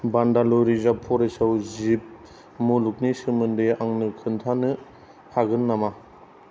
बान्दालुर reserve forest आव जिब मुलुगनि सोमोन्दै आंनो खिन्थानो हागोन नामा